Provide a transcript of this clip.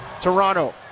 Toronto